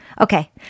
Okay